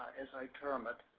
as i term it,